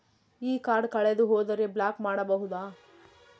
ಈ ಕಾರ್ಡ್ ಕಳೆದು ಹೋದರೆ ಬ್ಲಾಕ್ ಮಾಡಬಹುದು?